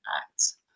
acts